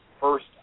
First